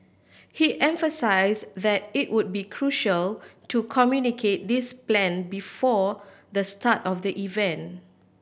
he emphasise that it would be crucial to communicate this plan before the start of the event